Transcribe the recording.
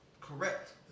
correct